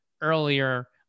earlier